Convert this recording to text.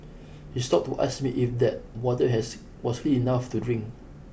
he stopped to ask me if that water has was clean enough to drink